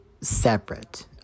separate